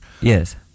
Yes